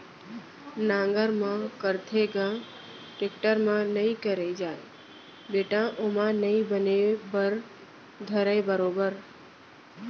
नांगर म करथे ग, टेक्टर म नइ करे जाय बेटा ओमा नइ बने बर धरय बरोबर